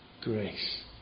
grace